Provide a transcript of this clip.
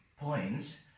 points